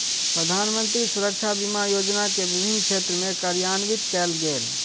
प्रधानमंत्री सुरक्षा बीमा योजना के विभिन्न क्षेत्र में कार्यान्वित कयल गेल